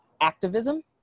activism